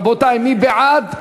רבותי, מי בעד?